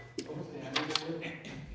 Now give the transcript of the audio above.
Hvad er det,